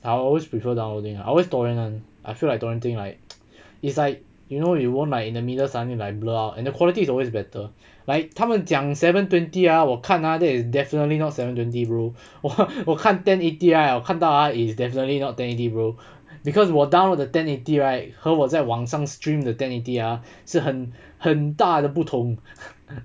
I always prefer downloading I always torrent [one] I feel like torrenting right it's like you know you won't like in the middle suddenly like blur out and the quality is always better like 他们讲 seven twenty ah 我看 ah that is definitely not seven twenty bro 我我看 ten eighty right 我看到 ah it's definitely not ten eighty bro because 我 download the ten eighty right 和我在网上 stream 的 ten eighty ah 是很很大的不同